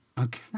Okay